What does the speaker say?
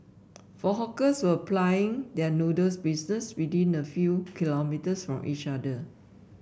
four hawkers were plying their noodles business within a few kilometres from each other